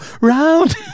round